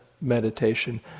meditation